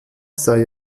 sei